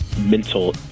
mental